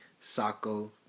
Sako